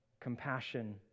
Compassion